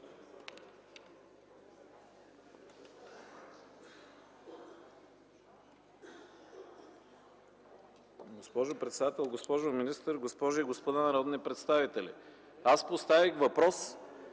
Госпожо председател, госпожо министър, госпожи и господа народни представители! Аз поставих въпроси.